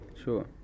Sure